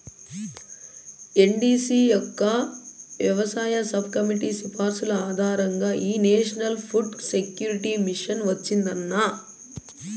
NDC యొక్క వ్యవసాయ subcommittee సిఫార్సుల ఆధారంగా ఈ నేషనల్ ఫుడ్ సెక్యూరిటీ మిషన్ వచ్చిందన్న